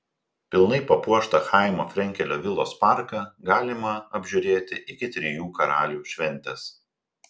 pilnai papuoštą chaimo frenkelio vilos parką galima apžiūrėti iki trijų karalių šventės